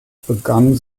begann